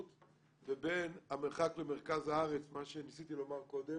לבין המרחק למרכז הארץ מה שניסיתי לומר קודם